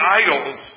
idols